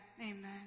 Amen